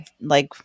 like-